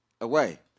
away